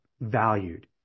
valued